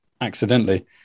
accidentally